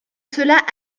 cela